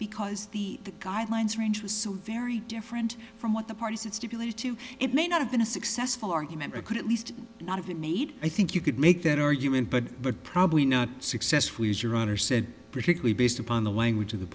because the guidelines range was so very different from what the parties it stipulated to it may not have been a successful argument it could at least not if it made i think you could make that argument but but probably not successfully is your honor said critically based upon the language of the